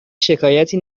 شکایتی